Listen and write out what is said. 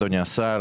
אדוני השר,